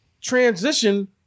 transition